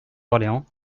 orléans